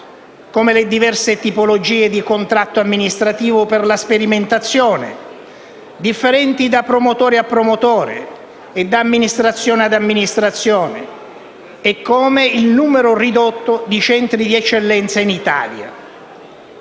come le diverse tipologie di contratto amministrativo per la sperimentazione, differenti da promotore a promotore e da amministrazione a amministrazione, o come il numero ridotto di centri di eccellenza in Italia.